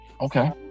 Okay